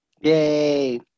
Yay